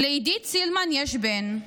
"לעידית סילמן יש בן.